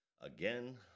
Again